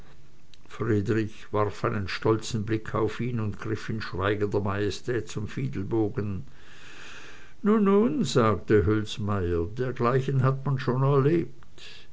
friedrich warf einen stolzen blick auf ihn und griff in schweigender majestät zum fidelbogen nun nun sagte hülsmeyer dergleichen hat man schon erlebt